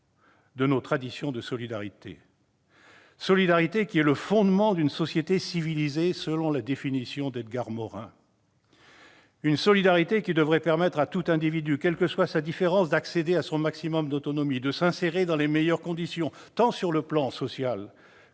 de nos traditions de solidarité. Or la solidarité est le fondement d'une société civilisée, selon la définition d'Edgar Morin. Elle devrait permettre à tout individu, quelles que soient ses différences, d'accéder à son maximum d'autonomie, de s'insérer dans les meilleures conditions, tant sur le plan social